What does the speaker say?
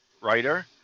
writer